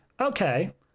okay